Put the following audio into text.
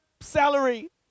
salary